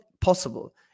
possible